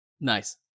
Nice